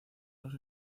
los